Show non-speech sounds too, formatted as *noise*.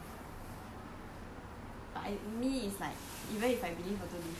but I me is like even if I believe or don't believe I'm just scared *laughs*